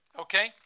okay